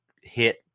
hit